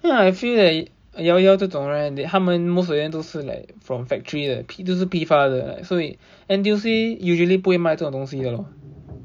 actually I feel that llao llao 这种 right 他们 most of them 都是 like from factory 的皮都是批发的所以 N_T_U_C usually 不会卖这种东西的咯